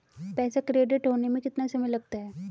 पैसा क्रेडिट होने में कितना समय लगता है?